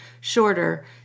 shorter